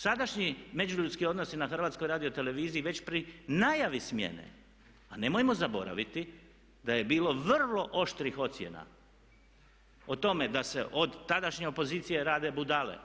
Sadašnji, međuljudski odnosi na HRT-u već pri najavi smjene, a nemojmo zaboraviti da je bilo vrlo oštrih ocjena o tome da se od tadašnje opozicije rade budale,